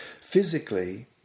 physically